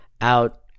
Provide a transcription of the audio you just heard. out